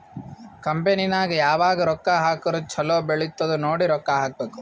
company ನಾಗ್ ಯಾವಾಗ್ ರೊಕ್ಕಾ ಹಾಕುರ್ ಛಲೋ ಬೆಳಿತ್ತುದ್ ನೋಡಿ ರೊಕ್ಕಾ ಹಾಕಬೇಕ್